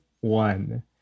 one